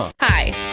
Hi